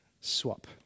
swap